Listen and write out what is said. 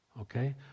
Okay